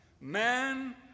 Man